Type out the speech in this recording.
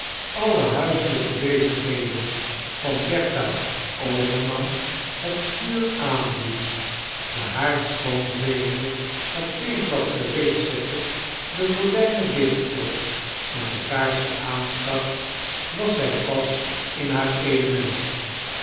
alle huiselijke bezigheden van bertha ovexnam het vuur aanbli es den haaxd schoonveegde het theeblad gereed zette de gordijnen dichttrok en die kaarsen aanstak was zij pas in haar element